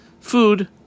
food